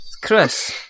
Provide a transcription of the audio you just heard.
Chris